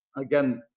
again,